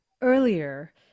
earlier